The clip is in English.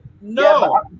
No